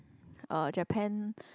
uh Japan